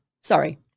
sorry